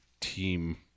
team